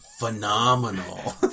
phenomenal